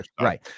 right